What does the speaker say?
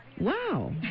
Wow